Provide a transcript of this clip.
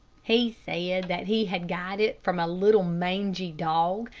he said that he had got it from a little, mangy dog,